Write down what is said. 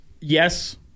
Yes